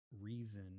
reason